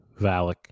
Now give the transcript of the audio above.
valak